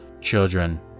children